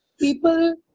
People